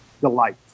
delight